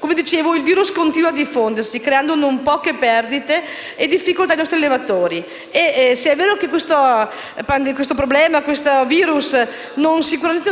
Come dicevo, il virus continua a diffondersi creando non poche perdite e difficoltà ai nostri allevatori. E se è vero che il virus